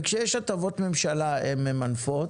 וכשיש הטבות ממשלה הן ממנפות